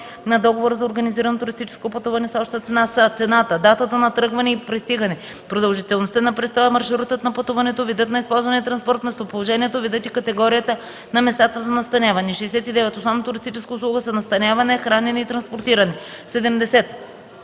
на договора за организирано туристическо пътуване с обща цена” са: цената, датата на тръгване и пристигане, продължителността на престоя, маршрутът на пътуването, видът на използвания транспорт, местоположението, видът и категорията на местата за настаняване. 69. „Основни туристически услуги” са настаняване, хранене и транспортиране. 70.